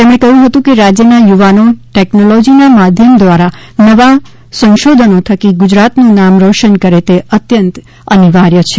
તેમણે રહ્યું હતું કે રાજ્યના યુવાનો ટેકનોલોજીના માધ્યમ દ્વારા નવા નવા સંશોધનો થકી ગુજરાતનું નામ રોશન કરે તે અત્યંત અનિવાર્ય છે